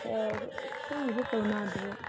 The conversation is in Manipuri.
ꯑꯥ ꯑꯩꯈꯣꯏꯒꯤꯁꯨ ꯀꯣꯟꯅꯗ꯭ꯔꯦ